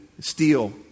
steal